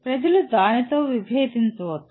ప్రజలు దానితో విభేదించవచ్చు